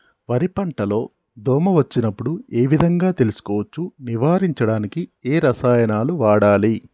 వరి పంట లో దోమ వచ్చినప్పుడు ఏ విధంగా తెలుసుకోవచ్చు? నివారించడానికి ఏ రసాయనాలు వాడాలి?